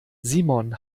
simon